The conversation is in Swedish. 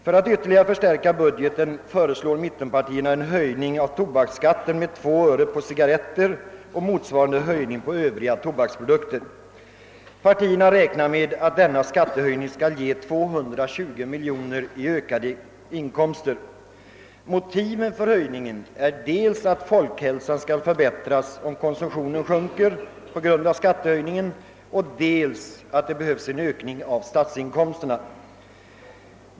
För att ytterligare förstärka budgeten föreslår mittenpartierna en höjning av tobaksskatten med två öre på cigarretter och motsvarande på övriga produkter. Dessa partier räknar med att denna skattehöjning skall ge 220 miljoner kronor i ökade inkomster. Motivet för höjningen är dels att folkhälsan skall förbättras, om konsumtionen sjunker på grund av skattehöjningen, och dels att det behövs en ökning av statsinkomsterna.